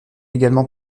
également